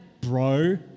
bro